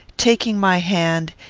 taking my hand,